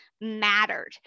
mattered